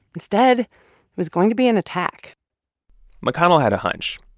instead, it was going to be an attack mcconnell had a hunch.